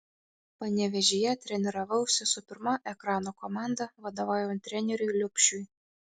panevėžyje treniravausi su pirma ekrano komanda vadovaujant treneriui liubšiui